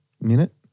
minute